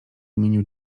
imieniu